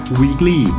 weekly